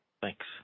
thanks